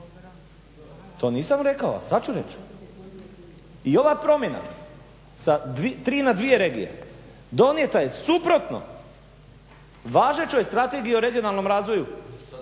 To nisam rekao, ali sad ću reći. I ova promjena sa tri na dvije regije donijeta je suprotno važećoj Strategiji o regionalnom razvoju